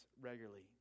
regularly